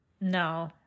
no